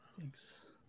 Thanks